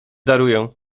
daruję